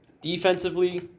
Defensively